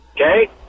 Okay